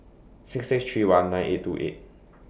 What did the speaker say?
six six three one nine eight two eight